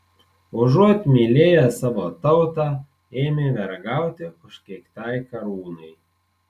užuot mylėję savo tautą ėmė vergauti užkeiktai karūnai